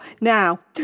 now